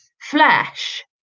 flesh